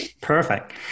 Perfect